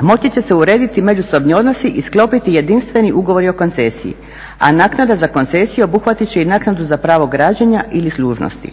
moći će se uredi međusobni odnosi i sklopiti jedinstveni ugovori o koncesiji, a naknada za koncesiju obuhvatit će i naknadu za pravo građenja ili služnosti.